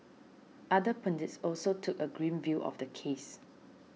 other pundits also took a grim view of the case